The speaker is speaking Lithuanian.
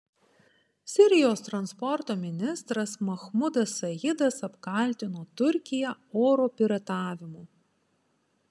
sirijos transporto ministras mahmudas saidas apkaltino turkiją oro piratavimu